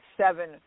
seven